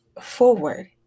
forward